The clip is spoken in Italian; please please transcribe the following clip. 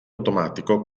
automatico